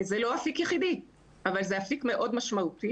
זה לא אפיק יחידי אבל זה אפיק מאוד משמעותי.